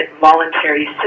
voluntary